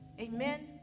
Amen